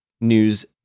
news